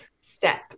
step